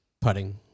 putting